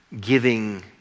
giving